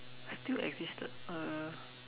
still existed uh